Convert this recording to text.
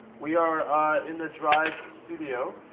we are in the drive studio.